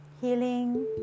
healing